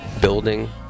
building